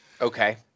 Okay